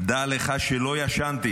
דע לך שלא ישנתי